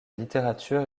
littérature